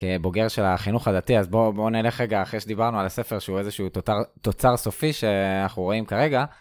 בוגר של החינוך הדתי, אז בואו נלך רגע אחרי שדיברנו על הספר שהוא איזשהו תוצר סופי שאנחנו רואים כרגע.